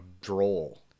droll